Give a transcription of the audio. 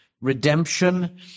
redemption